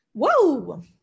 Whoa